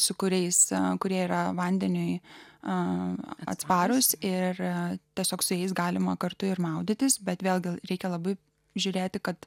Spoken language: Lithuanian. su kuriais kurie yra vandeniui a atsparios ir tiesiog su jais galima kartu ir maudytis bet vėlgi reikia labai žiūrėti kad